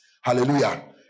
Hallelujah